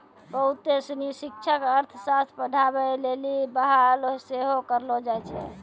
बहुते सिनी शिक्षक अर्थशास्त्र पढ़ाबै लेली बहाल सेहो करलो जाय छै